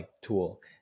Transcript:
tool